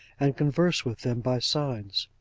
and converse with them by signs.